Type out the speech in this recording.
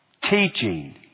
teaching